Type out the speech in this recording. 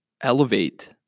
Elevate